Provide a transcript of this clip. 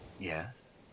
Yes